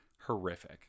horrific